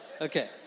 Okay